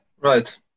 right